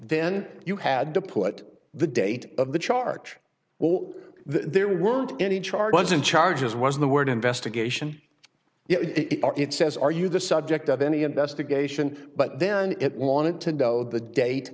then you had to put the date of the charge well there weren't any charges in charges was the word investigation it says are you the subject of any investigation but then it wanted to know the date